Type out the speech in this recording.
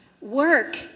work